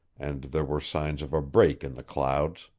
and there were signs of a break in the clouds.